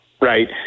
right